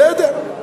בסדר.